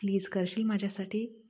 please करशील माझ्यासाटी